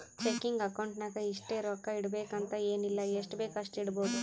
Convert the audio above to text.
checking account ನಾಗ್ ಇಷ್ಟೇ ರೊಕ್ಕಾ ಇಡಬೇಕು ಅಂತ ಎನ್ ಇಲ್ಲ ಎಷ್ಟಬೇಕ್ ಅಷ್ಟು ಇಡ್ಬೋದ್